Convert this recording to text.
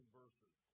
verses